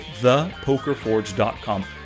ThePokerForge.com